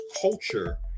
culture